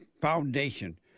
foundation